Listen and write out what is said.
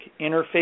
interface